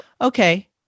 Okay